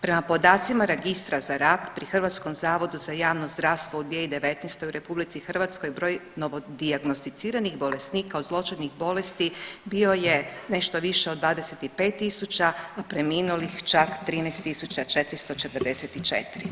Prema podacima registra za rak pri Hrvatskom zavodu za javno zdravstvo u 2019. broj novo dijagnosticiranih bolesnika od zloćudnih bolesti bio je nešto više od 25000, a preminulih čak 13444.